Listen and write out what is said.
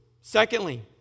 Secondly